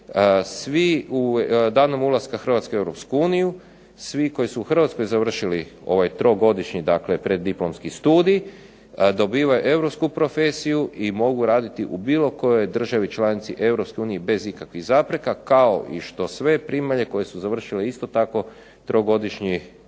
svi danom ulaske Hrvatske u Europsku uniju, svi koji su u Hrvatskoj završili ovaj trogodišnji preddiplomski studij dobivaju europsku profesiju i mogu raditi u bilo kojoj državi članici Europske unije bez ikakvih zapreka, kao i što sve primalje koje su završile isto tako trogodišnji